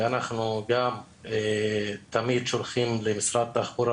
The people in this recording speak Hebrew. ואנחנו גם תמיד שולחים למשרד התחבורה